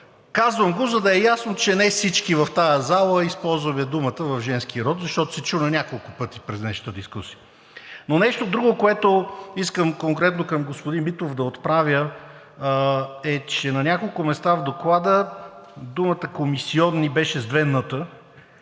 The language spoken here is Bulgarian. Казвам го, за да е ясно, че не всички в тази зала използваме думата в женски род, защото се чу на няколко пъти през днешната дискусия. Но нещо друго, което искам конкретно към господин Митов да отправя, е, че на няколко места в Доклада думата „комисиони“ беше с две „н“-та,